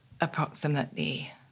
approximately